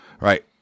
Right